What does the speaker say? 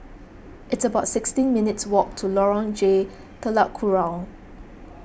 it's about sixteen minutes' walk to Lorong J Telok Kurau